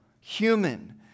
human